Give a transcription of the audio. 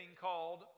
called